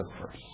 first